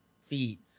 feet